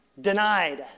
denied